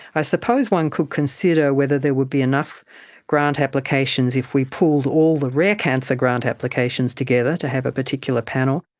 i suppose one could consider whether there would be enough grant applications if we pooled all the rare cancer grant applications together to have a particular panel.